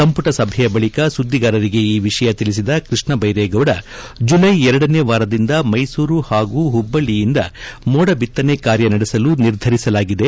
ಸಂಪುಟ ಸಭೆಯ ಬಳಿಕ ಸುದ್ದಿಗಾರರಿಗೆ ಈ ವಿಷಯ ತಿಳಿಸಿದ ಕೃಷ್ಣ ಬೈರೇಗೌಡ ಜುಲೈ ಎರಡನೇ ವಾರದಿಂದ ಮೈಸೂರು ಹಾಗೂ ಮಬ್ಲಳಿಯಿಂದ ಮೋಡ ಬಿತ್ತನೆ ಕಾರ್ಯ ನಡೆಸಲು ನಿರ್ದರಿಸಲಾಗಿದೆ